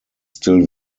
still